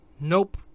Nope